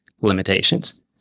limitations